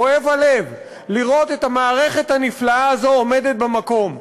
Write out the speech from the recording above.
כואב הלב לראות את המערכת הנפלאה הזו עומדת במקום.